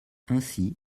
ainsi